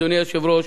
אדוני היושב-ראש,